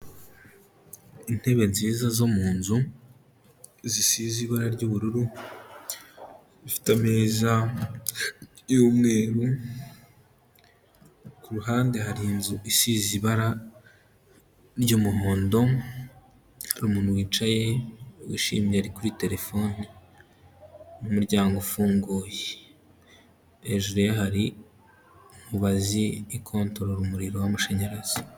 Intebe nziza zo mu nzu, zisize ibara ry'ubururu, zifite ameza y'umweru, ku ruhande hari inzu isize ibara ry'umuhondo, hari umuntu wicaye wishimye ari kuri telefone n'umuryango ufunguye, hejuru ye hari mubazi ikontorora umuriro w'amashanyarazi.